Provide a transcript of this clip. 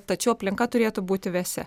tačiau aplinka turėtų būti vėsi